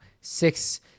six